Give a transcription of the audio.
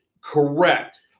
Correct